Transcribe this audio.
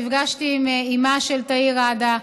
נפגשתי עם אימה של תאיר ראדה,